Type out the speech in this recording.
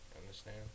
Understand